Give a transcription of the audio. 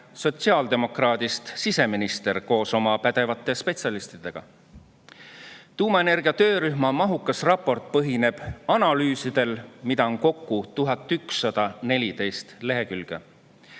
sotsiaaldemokraadist siseminister koos pädevate spetsialistidega. Tuumaenergia töörühma mahukas raport põhineb analüüsidel, mida on kokku 1114 lehekülge.